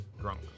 drunk